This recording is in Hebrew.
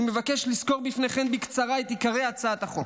אני מבקש לסקור בפניכם בקצרה את עיקרי הצעת החוק.